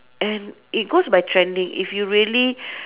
and it goes by trending if you really